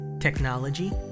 technology